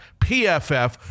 PFF